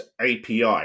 API